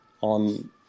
on